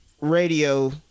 radio